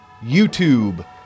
YouTube